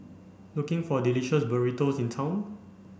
looking for delicious burritos in town